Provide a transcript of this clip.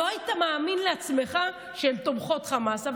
לא היית מאמין לעצמך שהן תומכות חמאס,